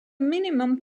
minimum